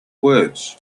words